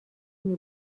بینی